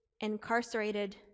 incarcerated